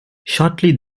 shortly